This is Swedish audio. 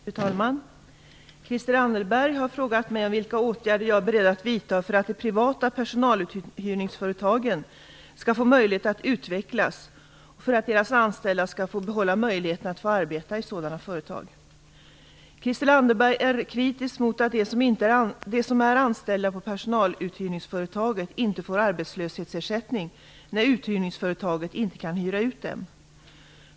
Fru talman! Christel Anderberg har frågat mig vilka åtgärder jag är beredd att vidta för att de privata personaluthyrningsföretagen skall få möjlighet att utvecklas och för att deras anställda skall få behålla möjligheten att få arbete i sådana företag. Christel Anderberg är kritisk mot att de som är anställda på personaluthyrningsföretaget inte får arbetslöshetsersättning när uthyrningsföretaget inte kan hyra ut dem.